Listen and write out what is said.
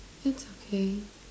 it's okay